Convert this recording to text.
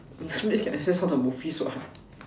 then can access all the movies what